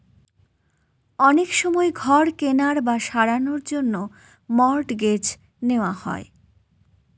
অনেক সময় ঘর কেনার বা সারানোর জন্য মর্টগেজ নেওয়া হয়